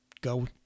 go